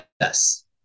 Yes